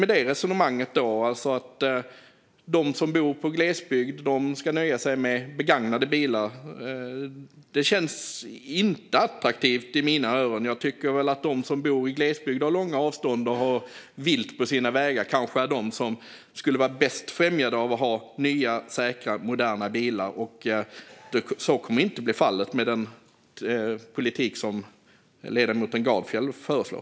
Med det resonemanget ska de som bor i glesbygd nöja sig med begagnade bilar. Det känns inte attraktivt i mina öron; jag tycker väl att de som bor i glesbygd och har långa avstånd och vilt på sina vägar kanske är de som skulle vara bäst främjade av att ha nya, säkra och moderna bilar. Så kommer dock inte att bli fallet med den politik som ledamoten Gardfjell föreslår.